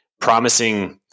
promising